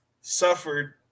suffered